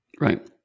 Right